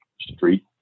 street